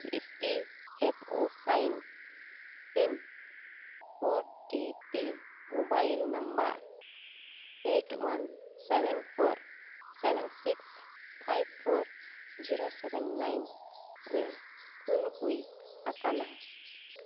E P F O sign in O T P mobile number eight one seven four seven six five four zero seven nine ᱨᱮ ᱠᱩᱞ ᱦᱩᱭ ᱟᱠᱟᱱᱟ